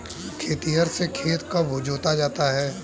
खेतिहर से खेत कब जोता जाता है?